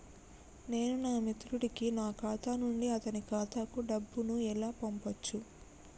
నేను నా మిత్రుడి కి నా ఖాతా నుండి అతని ఖాతా కు డబ్బు ను ఎలా పంపచ్చు?